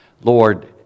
Lord